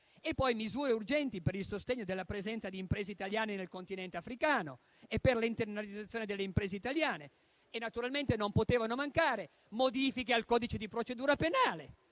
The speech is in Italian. e poi misure urgenti per il sostegno della presenza di imprese italiane nel continente africano e per l'internalizzazione delle imprese italiane; non potevano poi mancare, naturalmente, modifiche al codice di procedura penale